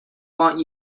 want